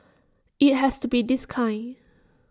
IT has to be this kind